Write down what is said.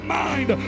mind